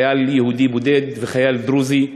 חייל יהודי בודד וחייל דרוזי,